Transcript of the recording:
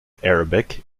arabic